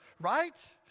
right